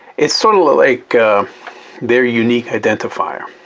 it's sort of like their unique identifier.